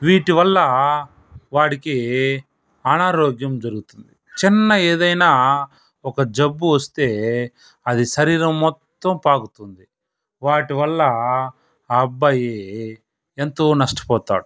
వీటివల్ల వాడికి అనారోగ్యం జరుగుతుంది చిన్న ఏదన్న ఒక జబ్బు వస్తే అది శరీరం మొత్తం పాకుతుంది వాటి వల్ల అబ్బాయి ఎంతో నష్టపోతాడు